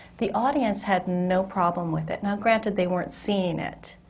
the audience had no problem with it. now granted, they weren't seeing it.